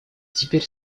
теперь